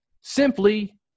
simply